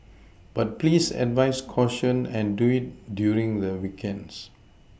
but please advise caution and do it during the weekends